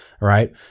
right